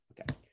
Okay